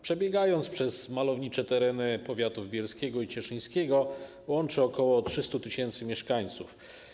Przebiegając przez malownicze tereny powiatów bielskiego i cieszyńskiego, łączy ok. 300 tys. mieszkańców.